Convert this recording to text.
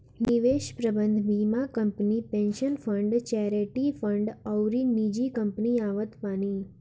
निवेश प्रबंधन बीमा company, pension fund, charity fund अउरी निजी कंपनी आवत बानी